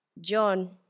John